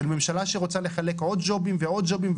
של ממשלה שרוצה לחלק עוד ג'ובים ועוד ג'ובים.